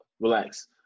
Relax